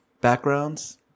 backgrounds